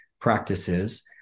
practices